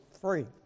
free